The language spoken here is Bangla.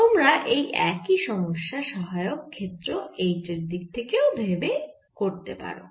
তোমরা এই একই সমস্যা সহায়ক ক্ষেত্র H এর দিক থেকেও ভাবতে পারো